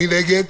מי נגד?